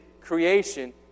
creation